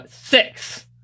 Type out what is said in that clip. six